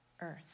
earth